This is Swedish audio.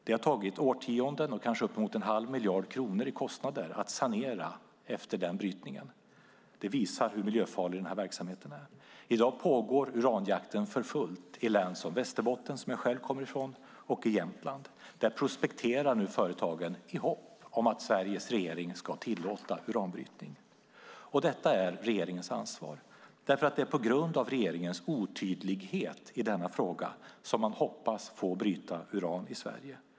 Det har tagit årtionden och kanske uppemot en halv miljard kronor i kostnader att sanera efter den brytningen. Det visar hur miljöfarlig denna verksamhet är. I dag pågår uranjakten för fullt i län som Västerbotten, som jag själv kommer från, och i Jämtland. Där prospekterar nu företagen i hopp om att Sveriges regering ska tillåta uranbrytning. Detta är regeringens ansvar därför att det är på grund av regeringens otydlighet i denna fråga som man hoppas få bryta uran i Sverige.